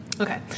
Okay